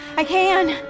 i can!